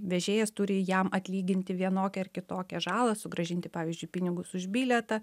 vežėjas turi jam atlyginti vienokią ar kitokią žalą sugrąžinti pavyzdžiui pinigus už bilietą